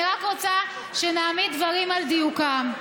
אני רק רוצה שנעמיד דברים על דיוקם.